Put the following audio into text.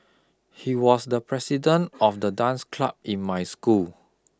he was the president of the dance club in my school